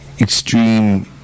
extreme